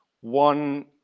One